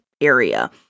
area